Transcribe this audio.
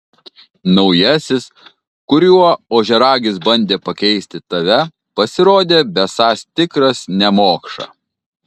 naujasis kuriuo ožiaragis bandė pakeisti tave pasirodė besąs tikras nemokša